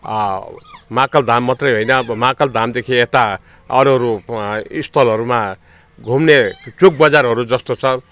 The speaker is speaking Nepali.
महाकाल धाम मात्रै होइन अब महाकाल धामदेखि यता अरू अरू स्थलहरूमा घुम्ने चोक बजारहरू जस्तो छ